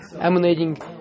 Emanating